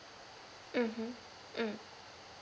mmhmm mm